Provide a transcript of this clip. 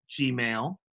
Gmail